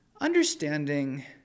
understanding